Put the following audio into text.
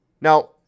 now